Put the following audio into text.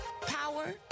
power